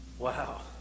Wow